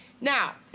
Now